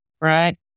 right